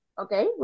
Okay